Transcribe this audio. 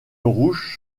rouge